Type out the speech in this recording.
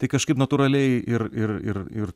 tai kažkaip natūraliai ir ir ir ir